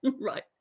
right